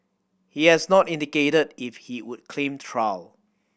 he has not indicated if he would claim trial